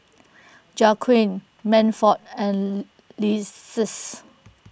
Jaquan Manford and Lexis